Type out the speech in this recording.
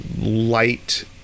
light